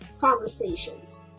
conversations